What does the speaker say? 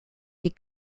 des